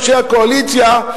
אנשי הקואליציה,